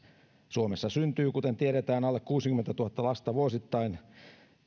suomessa syntyy kuten tiedetään alle kuusikymmentätuhatta lasta vuosittain